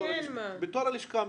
בתור הלשכה המשפטית.